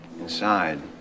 inside